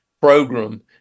program